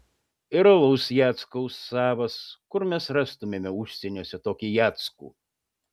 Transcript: ir alus jackaus savas kur mes rastumėme užsieniuose tokį jackų